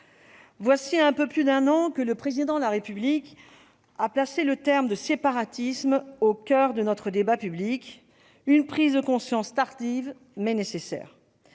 voilà un peu plus d'un an que le Président de la République a placé le terme de « séparatisme » au coeur de notre débat public, une prise de conscience tardive mais nécessaire.